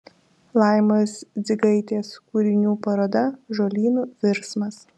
laimos dzigaitės kūrinių paroda žolynų virsmas